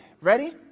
ready